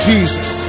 Jesus